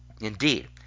Indeed